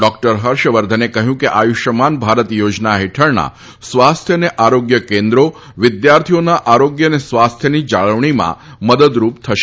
doctor હર્ષવર્ધને કહ્યું કે આયુષ્યમાન ભારત યોજના હેઠળના સ્વાસ્થ્ય અને આરોગ્ય કેન્દ્રો વિદ્યાર્થીઓના આરોગ્ય અને સ્વાસ્થ્યની જાળવણીમાં મદદરૂપ થશે